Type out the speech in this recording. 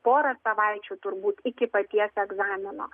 porą savaičių turbūt iki paties egzamino